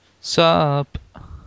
sup